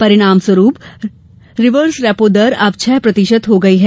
परिणाम स्वरूप reverse repo दर अब छह प्रतिशत हो गयी है